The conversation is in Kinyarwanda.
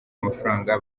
amafaranga